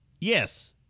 yes